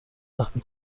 وقتی